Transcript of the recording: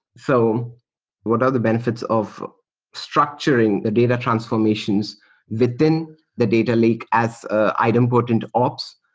so what other benefits of structuring the data transformations within the data lake as ah item-potent ops?